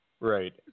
Right